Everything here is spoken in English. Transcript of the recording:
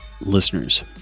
listeners